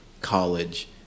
college